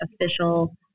official